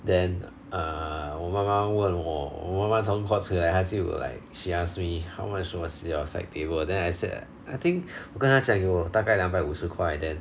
then err 我妈妈问我我妈妈从 Courts 回来她就 like she ask me how much was your side table then I said I think 我跟她讲有大概两百五十块 then